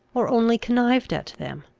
or only connived at them.